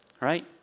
Right